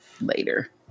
later